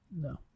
No